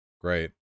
Great